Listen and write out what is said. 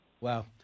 Wow